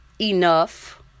enough